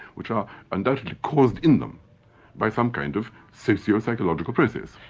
which are undoubtedly caused in them by some kind of socio-psychological process.